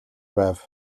байв